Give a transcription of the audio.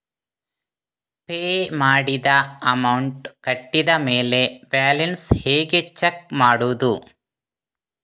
Pay ಮಾಡಿದ amount ಕಟ್ಟಿದ ಮೇಲೆ ಬ್ಯಾಲೆನ್ಸ್ ಹೇಗೆ ಚೆಕ್ ಮಾಡುವುದು?